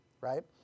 right